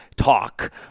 talk